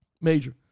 Major